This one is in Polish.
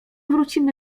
wrócimy